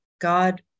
God